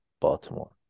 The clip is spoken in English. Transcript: Baltimore